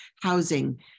housing